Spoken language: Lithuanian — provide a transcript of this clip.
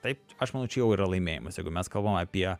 taip aš manau čia jau yra laimėjimas jeigu mes kalbam apie